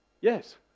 yes